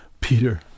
Peter